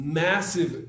massive